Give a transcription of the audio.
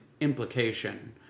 implication